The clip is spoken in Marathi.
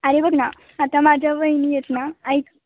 अरे बघ ना आता माझ्या वहिनी आहेत ना ऐक